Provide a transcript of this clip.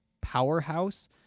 powerhouse